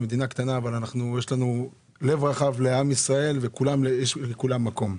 מדינה קטנה אבל יש לנו לב רחב לעם ישראל ויש לכולם מקום.